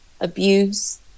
abuse